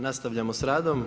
Nastavljamo sa radom.